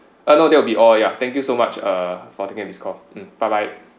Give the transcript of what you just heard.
uh no that will be all yeah thank you so much uh for taking up this call um bye bye